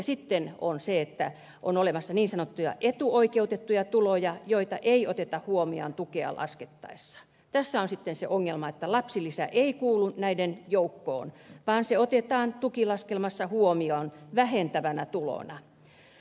sitten on olemassa niin sanottuja etuoikeutettuja tuloja joita ei oteta huomioon tukea laskettaessa ja tässä on se ongelma että lapsilisä ei kuulu näiden joukkoon vaan se otetaan tukilaskelmassa huomioon vähentävänä tulona